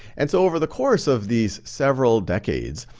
and so over the course of these several decades,